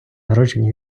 народження